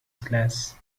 class